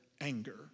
anger